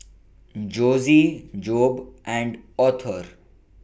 Jossie Jobe and Author